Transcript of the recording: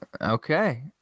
Okay